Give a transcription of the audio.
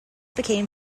became